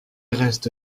reste